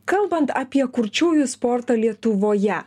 kalbant apie kurčiųjų sportą lietuvoje